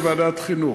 בוועדת החינוך.